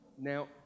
Now